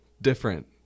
different